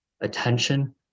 attention